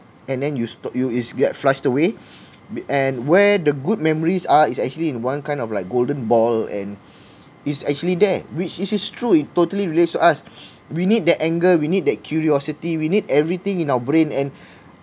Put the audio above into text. and then you stop you it get flushed away and where the good memories are is actually in one kind of like golden ball and is actually there which it is true totally relate to us we need the anger we need that curiosity we need everything in our brain and